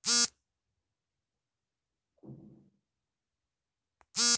ಮಾಂತೇಶ ತನ್ನ ಆಸ್ತಿಯನ್ನು ಅಡಮಾನ ಇಟ್ಟು ಬ್ಯಾಂಕ್ನಲ್ಲಿ ಎರಡು ಲಕ್ಷ ಸಾಲ ತಕ್ಕೊಂಡ